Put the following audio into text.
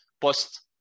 post